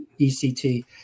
ECT